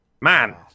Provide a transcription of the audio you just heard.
man